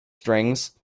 strings